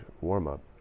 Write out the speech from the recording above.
warm-up